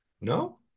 No